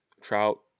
Trout